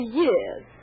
years